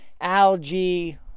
algae